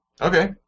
Okay